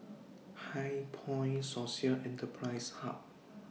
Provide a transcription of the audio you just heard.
HighPoint Social Enterprise Hub